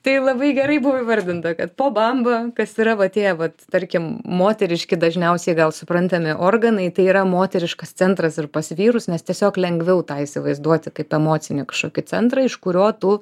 tai labai gerai buvo įvardinta kad po bamba kas yra va tie vat tarkim moteriški dažniausiai gal suprantami organai tai yra moteriškas centras ir pas vyrus nes tiesiog lengviau tą įsivaizduoti kaip emocinį kažkokį centrą iš kurio tu